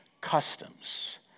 customs